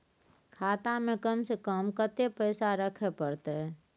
खाता में कम से कम कत्ते पैसा रखे परतै?